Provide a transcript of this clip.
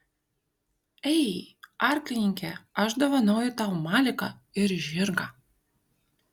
ei arklininke aš dovanoju tau maliką ir žirgą